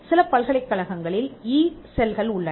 சில பல்கலைக்கழகங்களில் இ செல்கள் உள்ளன